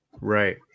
Right